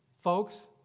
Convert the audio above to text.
folks